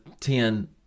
ten